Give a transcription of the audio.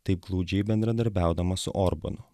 taip glaudžiai bendradarbiaudama su orbanu